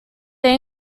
they